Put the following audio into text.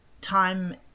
time